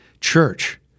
church